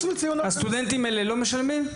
הסטודנטים האלה לא משלמים?